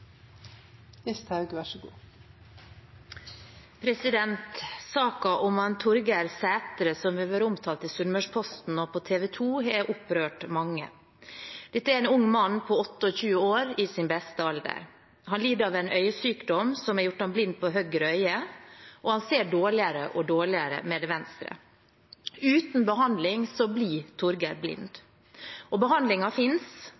om Torger Sætre, som har vært omtalt i Sunnmørsposten og på TV 2, har opprørt mange. Dette er en ung mann på 28 år, i sin beste alder. Han lider av en øyesykdom som har gjort ham blind på høyre øye, og han ser dårligere og dårligere med det venstre. Uten behandling blir